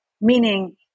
Meaning